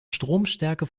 stromstärke